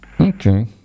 Okay